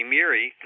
Miri